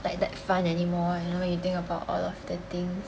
like that fun anymore and you know you think about all of the things